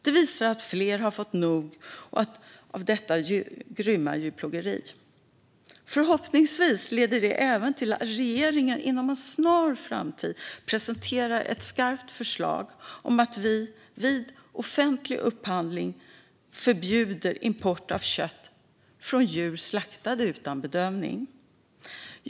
Det visar att fler har fått nog av detta grymma djurplågeri. Förhoppningsvis leder det även till att regeringen inom en snar framtid presenterar ett skarpt förslag om att vi vid offentlig upphandling förbjuder import av kött från djur slaktade utan bedövning.